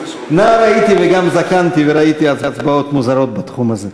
נער הייתי וגם זקנתי וראיתי הצבעות מוזרות בתחום הזה.